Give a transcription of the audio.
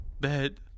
bed